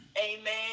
Amen